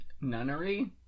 Nunnery